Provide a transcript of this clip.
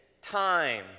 time